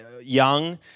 young